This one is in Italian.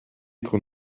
con